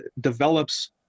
develops